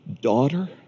daughter